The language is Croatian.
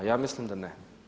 Ja misli da ne.